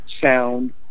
sound